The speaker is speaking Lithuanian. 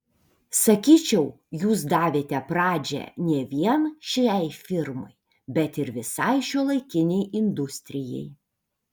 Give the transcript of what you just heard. sakyčiau jūs davėte pradžią ne vien šiai firmai bet ir visai šiuolaikinei industrijai